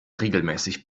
regelmäßig